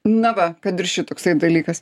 na va kad ir šitoksai dalykas